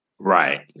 Right